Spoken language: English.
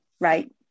right